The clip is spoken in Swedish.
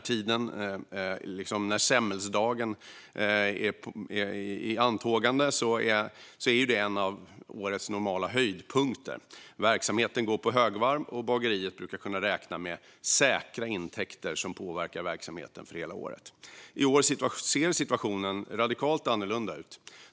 Tiden när semmeldagen är i antågande är normalt en av årets höjdpunkter. Verksamheten går på högvarv, och bageriet brukar kunna räkna med säkra intäkter som påverkar verksamheten för hela året. I år ser situationen radikalt annorlunda ut.